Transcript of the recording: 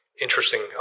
interesting